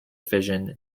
fission